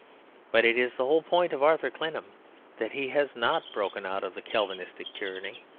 but it is the whole point of arthur clennam that he has not broken out of the calvinistic tyranny,